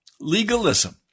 legalism